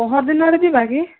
ପଅରିଦିନରେ ଯିବା କି